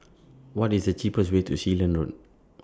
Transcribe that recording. What IS The cheapest Way to Sealand Road